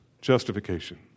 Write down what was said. Justification